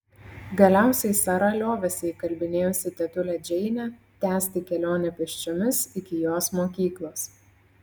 galiausiai sara liovėsi įkalbinėjusi tetulę džeinę tęsti kelionę pėsčiomis iki jos mokyklos